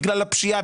בגלל הפשיעה,